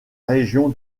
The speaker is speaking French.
région